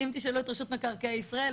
אם תשאלו את רשות מקרקעי ישראל,